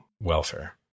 welfare